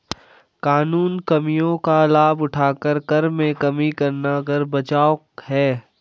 कानूनी कमियों का लाभ उठाकर कर में कमी करना कर बचाव है